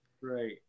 Right